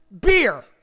beer